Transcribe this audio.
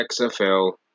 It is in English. XFL